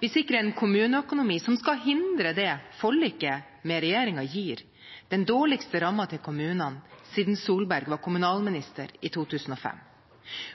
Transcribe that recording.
Vi sikrer en kommuneøkonomi som skal hindre det forliket med regjeringen gir: den dårligste rammen til kommunene siden Solberg var kommunalminister i 2005.